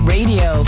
Radio